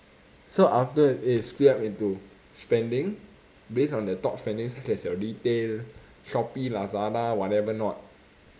so after it is split up into spending based on the top spendings there's your retail shopee lazada whatever not